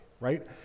right